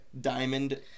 diamond